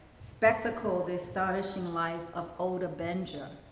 spectacle, the astonishing life of ota benga,